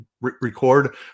record